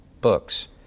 books